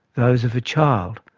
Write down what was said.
those of a child,